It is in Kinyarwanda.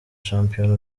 shampiyona